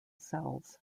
cells